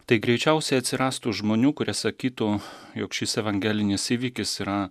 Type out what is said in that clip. tai greičiausiai atsirastų žmonių kurie sakytų jog šis evangelinis įvykis yra